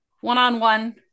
one-on-one